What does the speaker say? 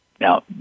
Now